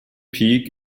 peak